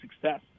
success